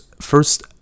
first